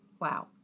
Wow